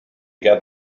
got